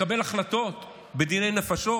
לקבל החלטות בדיני נפשות